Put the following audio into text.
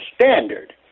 standard